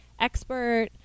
expert